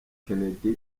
kennedy